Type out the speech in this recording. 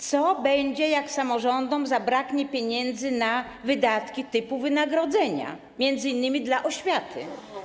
Co będzie, jak samorządom zabraknie pieniędzy na wydatki typu wynagrodzenia, m.in. dla oświaty?